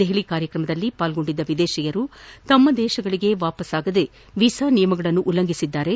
ದೆಹಲಿ ಕಾರ್ಯಕ್ರಮದಲ್ಲಿ ಭಾಗವಹಿಸಿದ್ದ ವಿದೇಶಿಯರು ತಮ್ಮ ದೇಶಗಳಗೆ ಹಿಂದಿರುಗದೆ ವೀಸಾ ನಿಯಮಗಳನ್ನು ಉಲ್ಲಂಘಿಸಿದ್ದಾರೆ